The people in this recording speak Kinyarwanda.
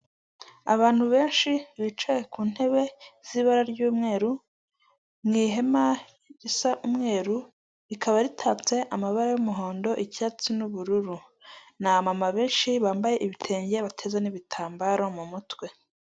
Abantu benshi bicaye ku ntebe z'ibara ry'umweru mu ihema risa umweru rikaba ritatse amabara y'umuhondo, icyatsi n'ubururu. Ni aba mama benshi bambaye ibitenge, bateze n'ibitambaro mu mutwe.